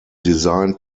design